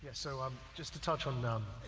so um just to touch on that,